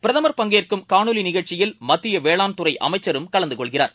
பிரதமர் பங்கேற்கும் காணொளிநிகழ்ச்சியில் மத்தியவேளாண்துறைஅமைச்சரும் கலந்துகொள்கிறார்